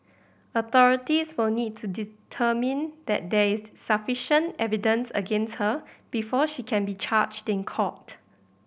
authorities will need to determine that there is sufficient evidence against her before she can be charged in court